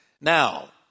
Now